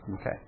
Okay